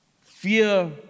fear